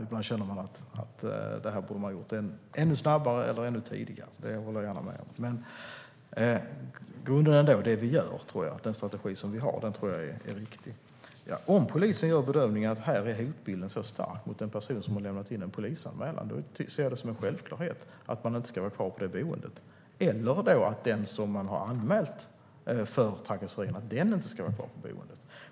Ibland känner man att man borde ha gjort någonting ännu snabbare eller ännu tidigare. Men i grunden tror jag att den strategi som vi har är riktig. Om polisen gör bedömningen att hotbilden är så stark mot en person som har gjort en polisanmälan ser jag det som en självklarhet att denna person inte ska vara kvar på det boendet. Eller också ska den som man har anmält för trakasserier inte vara kvar på boendet.